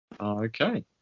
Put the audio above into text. Okay